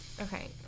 Okay